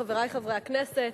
חברי חברי הכנסת,